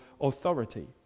authority